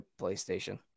PlayStation